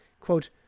Quote